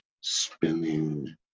spinning